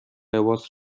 لباس